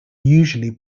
usually